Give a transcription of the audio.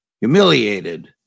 humiliated